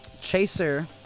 Chaser